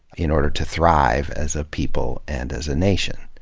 in order to thrive as a people and as a nation.